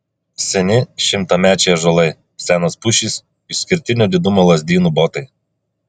seni šimtamečiai ąžuolai senos pušys išskirtinio didumo lazdynų botai